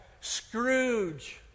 scrooge